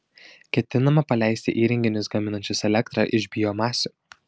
ketinama paleisti įrenginius gaminančius elektrą iš biomasių